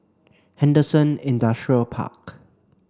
Henderson Industrial Park